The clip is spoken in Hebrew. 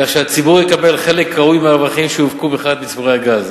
כך שהציבור יקבל חלק ראוי מהרווחים שיופקו ממכירת מצבורי הגז,